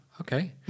okay